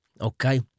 Okay